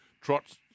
Trots